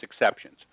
exceptions